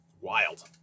Wild